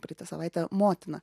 pereitą savaitę motiną